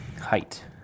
Height